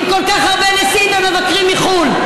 עם כל כך הרבה נשיאים ומבקרים מחו"ל.